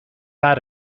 got